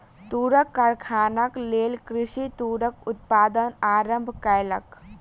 तूरक कारखानाक लेल कृषक तूरक उत्पादन आरम्भ केलक